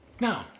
No